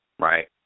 Right